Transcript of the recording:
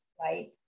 right